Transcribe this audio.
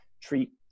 treat